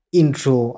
intro